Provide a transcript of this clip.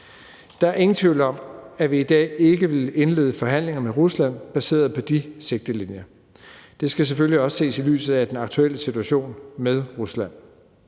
Der er ingen tvivl om, at vi i dag ikke ville indlede forhandlinger med Rusland baseret på de sigtelinjer. Det skal selvfølgelig også ses i lyset af den aktuelle situation med Rusland.